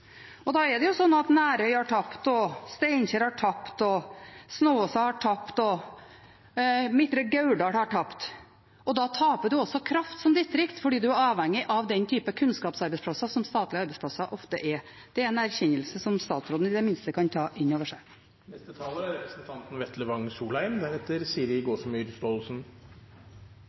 at Nærøy har tapt, Steinkjer har tapt, Snåsa har tapt og Midtre Gauldal har tapt, og da taper en også kraft som distrikt fordi en er avhengig av den type kunnskapsarbeidsplasser som statlige arbeidsplasser ofte er. Det er en erkjennelse som statsråden i det minste kan ta inn over seg. Det er ingen som kan selge varer uten at man har kunder å selge til, det er